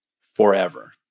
forever